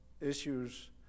issues